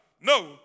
No